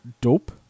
Dope